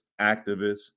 activists